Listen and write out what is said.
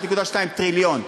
1.2 טריליון.